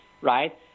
right